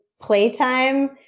playtime